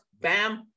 bam